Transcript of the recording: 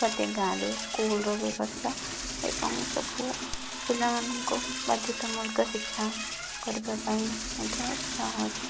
ପ୍ରତି ଗାଁରେ ସ୍କୁଲର ବ୍ୟବସ୍ଥା ଏବଂ ସବୁ ପିଲାମାନଙ୍କୁ ବାଧ୍ୟତାମୂଳକ ଶିକ୍ଷା କରିବା ପାଇଁ ମଧ୍ୟ ଚାହୁଁଅଛି